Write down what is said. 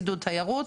עידוד תיירות,